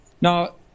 Now